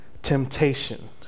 Temptation